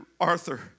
Arthur